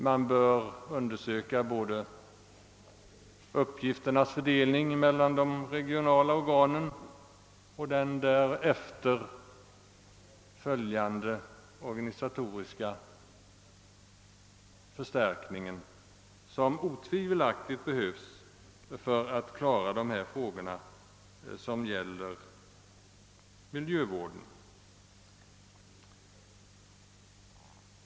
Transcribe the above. Man bör undersöka både uppgifternas fördelning mellan de regionala organen och den därefter följande organisatoriska förstärkning, som otvivelaktigt behövs för att klara de frågor som gäller miljövården.